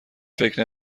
فکر